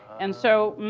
and so mm.